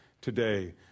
today